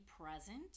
present